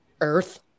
Earth